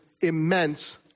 immense